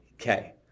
Okay